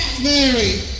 Mary